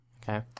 Okay